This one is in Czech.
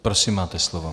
Prosím, máte slovo.